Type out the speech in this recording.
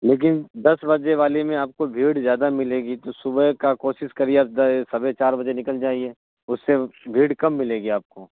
لیکن دس بجے والی میں آپ کو بھیڑ زیادہ ملے گی تو صبح کا کوشش کریے آپ سبے چار بجے نکل جائیے اس سے بھیڑ کم ملے گی آپ کو